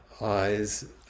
eyes